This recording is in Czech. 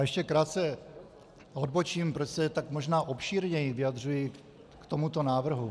Ještě krátce odbočím, proč se tak možná obšírněji vyjadřuji k tomuto návrhu.